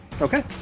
Okay